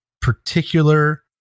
particular